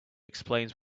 explains